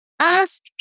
Ask